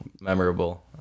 Memorable